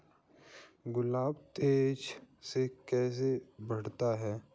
गुलाब तेजी से कैसे बढ़ता है?